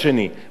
מה הוא יעשה?